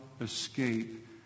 escape